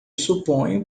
suponho